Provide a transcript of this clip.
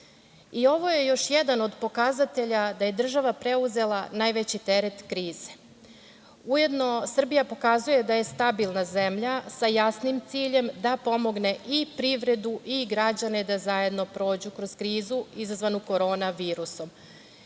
Ovo je još jedan od pokazatelja da je država preuzela najveći teret krize. Ujedno Srbija pokazuje da je stabilna zemlja sa jasnim ciljem da pomogne i privredu i građane da zajedno prođu kroz krizu izazvanu korona virusom